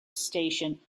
station